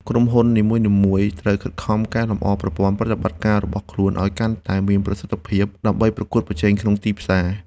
ក្រុមហ៊ុននីមួយៗត្រូវខិតខំកែលម្អប្រព័ន្ធប្រតិបត្តិការរបស់ខ្លួនឱ្យកាន់តែមានប្រសិទ្ធភាពដើម្បីប្រកួតប្រជែងក្នុងទីផ្សារ។